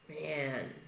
man